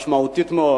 משמעותית מאוד.